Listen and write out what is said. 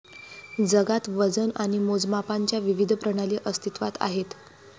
जगात वजन आणि मोजमापांच्या विविध प्रणाली अस्तित्त्वात आहेत